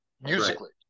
musically